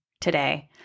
today